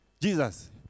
Jesus